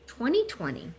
2020